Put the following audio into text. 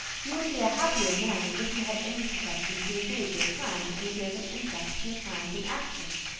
you would be a happier man if you had any profession to engage your time and give an interest to your plans and actions.